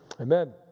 Amen